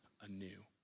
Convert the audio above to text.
anew